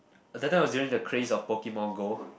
uh that time was during the craze of Pokemon-Go